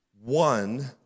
one